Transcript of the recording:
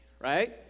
Right